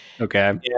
Okay